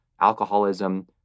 alcoholism